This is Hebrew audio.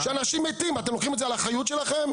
אנשים מתים, אתם לוקחים את זה על האחריות שלכם?